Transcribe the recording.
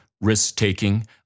risk-taking